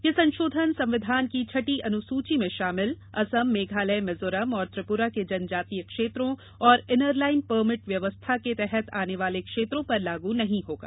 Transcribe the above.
यह संशोधन संविधान की छठी अनुसूची में शामिल असम मेघालय भिजोरम और त्रिपुरा के जनजातीय क्षेत्रों और इनरलाईन परमिट व्यवस्था के तहत आने वाले क्षेत्रों पर लागू नहीं होगा